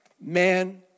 man